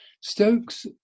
Stokes